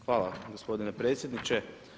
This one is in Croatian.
Hvala gospodine predsjedniče.